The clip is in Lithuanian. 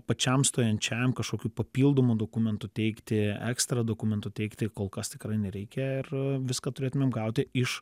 pačiam stojančiajam kažkokių papildomų dokumentų teikti ekstra dokumentų teikti kol kas tikrai nereikia ir viską turėtumėm gauti iš